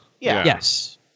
Yes